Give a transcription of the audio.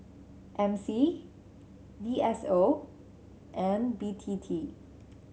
M C D S O and B T T